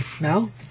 No